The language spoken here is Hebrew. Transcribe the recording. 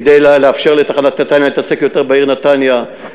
כדי לאפשר לתחנת נתניה להתעסק יותר בעיר נתניה,